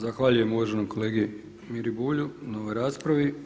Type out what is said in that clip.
Zahvaljujem uvaženom kolegi Miri Bulju na ovoj raspravi.